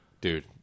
Dude